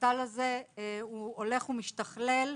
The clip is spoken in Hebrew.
הפורטל הזה הולך ומשתכלל.